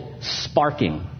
sparking